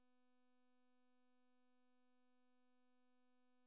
ಒಂದಕ್ಕಿಂತ ಹೆಚ್ಚು business account ಒಂದಿದ್ದರೆ ಒಂದೊಂದು ಡೆಬಿಟ್ ಮಾಡಬೇಕು ಅಂತ ಚಂದ್ರಪ್ಪ ಹೇಳಿದ